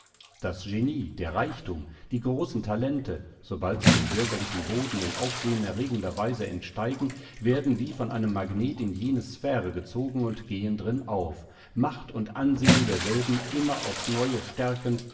das genie der reichtum die großen talente sobald sie dem bürgerlichen boden in aufsehenerregender weise entsteigen werden wie von einem magnet in jene sphäre gezogen und gehen drin auf macht und ansehen derselben immer aufs neue stärkend